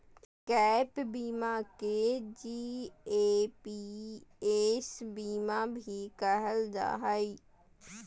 gap बीमा के GAPS बीमा भी कहल जा हय